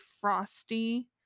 frosty